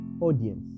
audience